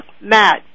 Matt